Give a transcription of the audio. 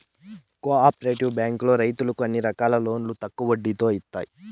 co operative బ్యాంకులో రైతులకు అన్ని రకాల లోన్లు తక్కువ వడ్డీతో ఇత్తాయి